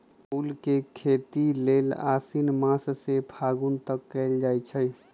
फूल के खेती लेल आशिन मास से फागुन तक कएल जाइ छइ